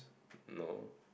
no